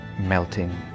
melting